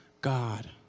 God